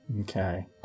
Okay